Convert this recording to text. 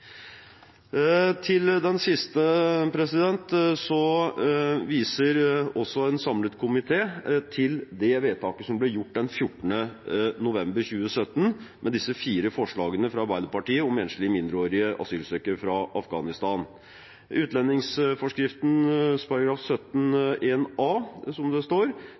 den siste innstillingen viser også en samlet komité til de vedtakene som ble gjort den 14. november 2017, som gjaldt de fire forslagene fra Arbeiderpartiet om enslige mindreårige asylsøkere fra Afghanistan. Utlendingsforskriften § 17-1a legger – som det står